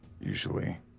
usually